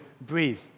breathe